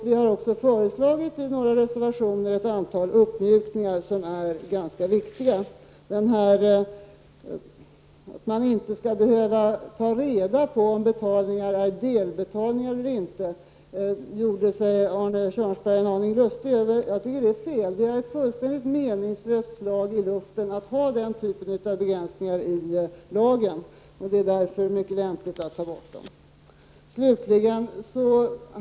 Vi har också föreslagit i några reservationer ett antal uppmjukningar som är ganska viktiga. Att man inte skall behöva ta reda på om betalningar är delbetalningar eller inte gjorde sig Arne Kjörnsberg en aning lustig över. Jag tycker att det är fel. Det är ett fullständigt meningslöst slag i luften att ha den typen av begränsningar i lagen. Det är därför mycket lämpligt att ta bort den.